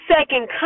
second